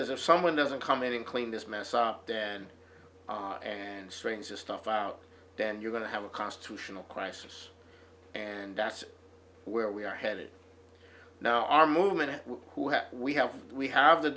says if someone doesn't come in and clean this mess up then and strings this stuff out then you're going to have a constitutional crisis and that's where we are headed now our movement who have we have we have the